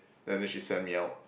then uh she send me out